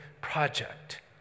project